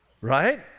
Right